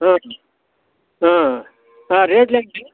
రేట్లు ఎంత